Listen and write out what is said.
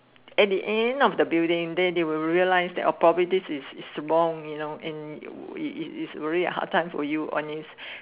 at the end of the building than they will realise that properly this is wrong you know and its its already a hard time for you on this